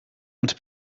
und